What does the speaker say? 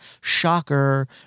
Shocker